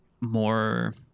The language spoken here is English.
more